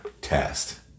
test